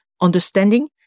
understanding